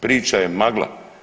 Priča je magla.